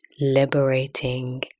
liberating